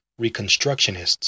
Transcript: reconstructionists